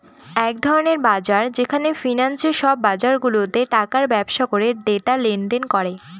এক ধরনের বাজার যেখানে ফিন্যান্সে সব বাজারগুলাতে টাকার ব্যবসা করে ডেটা লেনদেন করে